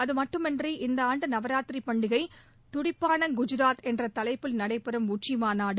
அதுமட்டுமின்றி இந்த ஆண்டு நவராத்திரி பண்டிகை துடிப்பாள குஜராத் என்ற தலைப்பில் நடைபெறும் உச்சிமாநாடு